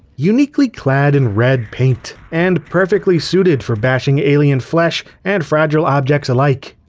uniquely clad in red paint and perfectly suited for bashing alien flesh and fragile objects alike.